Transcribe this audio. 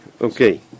okay